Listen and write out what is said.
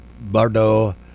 Bardo